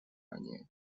ранее